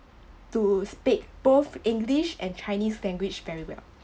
to speak both english and chinese language very well